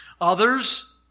Others